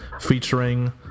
featuring